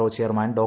O chairman Dr